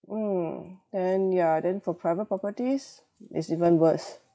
mm then ya then for private properties it's even worse